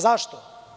Zašto?